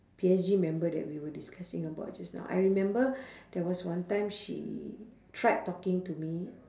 P_S_G member that we were discussing about just now I remember there was one time she tried talking to me